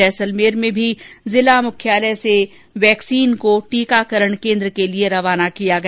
जैसलमेर में भी जिला मुख्यालय से वैक्सीन को टीकाकरण केन्द्र के लिए रवाना किया गया